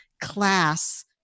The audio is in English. class